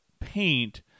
paint